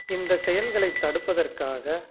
இந்த செயல்களை தடுப்பதற்காக